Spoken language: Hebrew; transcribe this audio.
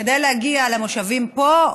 כדי להגיע למושבים פה,